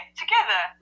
together